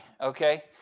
okay